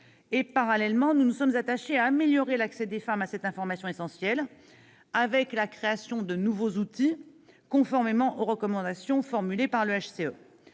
Parallèlement, nous nous sommes attachés à améliorer l'accès des femmes à cette information essentielle avec de nouveaux outils, conformément aux recommandations formulées par le HCE